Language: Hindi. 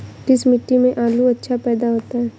किस मिट्टी में आलू अच्छा पैदा होता है?